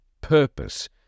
purpose